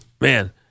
man